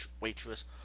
waitress